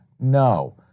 no